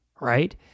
right